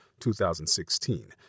2016